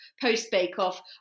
post-bake-off